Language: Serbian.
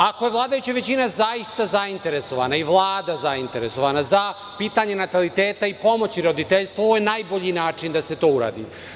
Ako je vladajuća većina zaista zainteresovana, i Vlada zainteresovana, za pitanje nataliteta i pomoći roditeljstvu, ovo je najbolji način da se to uradi.